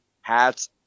hats